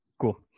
cool